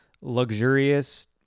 luxurious